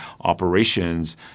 operations